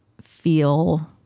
feel